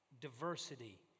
diversity